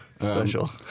Special